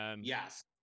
Yes